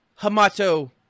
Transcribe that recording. Hamato